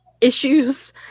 issues